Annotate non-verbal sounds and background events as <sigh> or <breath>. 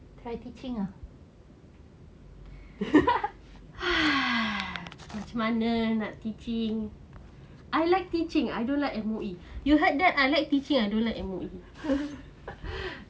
try teaching ah <breath> macam mana nak teaching I like teaching I don't like M_O_E you heard that I like teaching I don't like M_O_E